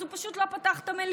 אז הוא פשוט לא פתח את המליאה.